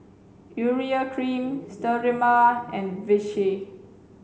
urea cream Sterimar and Vichy